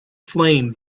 flame